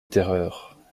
terreurs